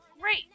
Great